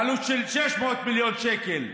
בעלות של 600 מיליון שקל,